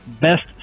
best